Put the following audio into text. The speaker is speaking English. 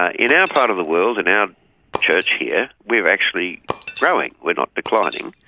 ah in our part of the world, in our church here, we're actually growing, we're not declining.